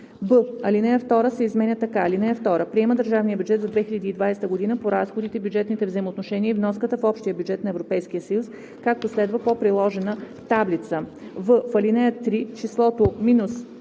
б) алинея 2 се изменя така: